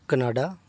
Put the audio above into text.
Canada